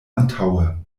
antaŭe